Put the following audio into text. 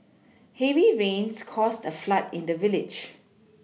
heavy rains caused a flood in the village